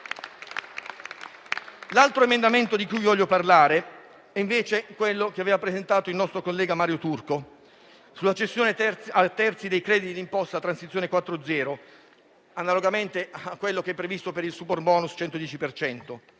L'altro emendamento di cui vi voglio parlare è invece quello che aveva presentato il nostro collega Turco, sulla cessione a terzi dei crediti d'imposta, (Transizione 4.0), analogamente a quello che è previsto per il superbonus 110